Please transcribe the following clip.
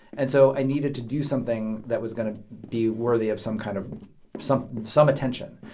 and so i needed to do something that was going to be worthy of some kind of some some attention.